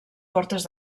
portes